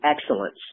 excellence